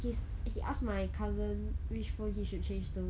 his he ask my cousin which phone he should change to